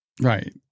Right